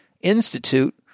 Institute